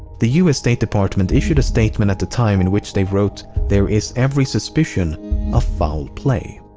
the us state department issued a statement at the time in which they wrote there is every suspicion of foul play.